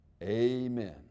Amen